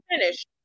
finish